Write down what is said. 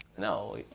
No